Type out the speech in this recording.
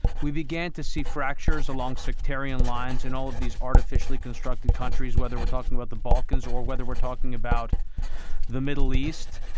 we began to see fractures along sectarian lines in all of these artificially constructed countries. whether we're talking about the balkans, or whether we're talking about the middle east.